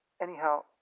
anyhow